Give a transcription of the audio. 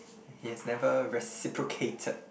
he has never reciprocated